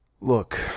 look